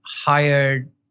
hired